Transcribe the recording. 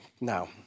Now